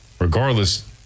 regardless